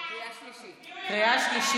בקריאה שלישית כמובן.